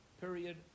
Period